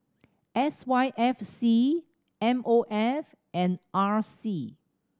S Y F C M O F and R C